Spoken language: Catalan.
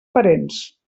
parents